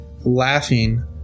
laughing